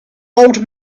old